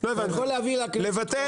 אם יש רצון אמיתי של ממשלת ישראל לסגור